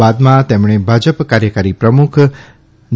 બાદમાં તેમણે ભાજપ કાર્યકારી પ્રમુખ જે